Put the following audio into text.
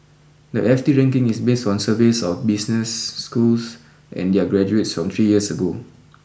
the F T ranking is based on surveys of business schools and their graduates from three years ago